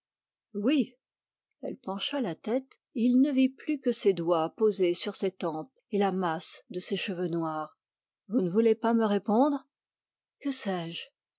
oui elle pencha la tête et il ne vit plus que ses doigts posés sur ses tempes et la masse de ses cheveux noirs vous ne voulez pas me répondre que